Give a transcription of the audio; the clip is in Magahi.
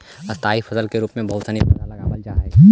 स्थाई फसल के रूप में बहुत सनी पौधा लगावल जा हई